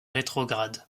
rétrograde